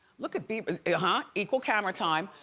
look at bieber, and equal camera time.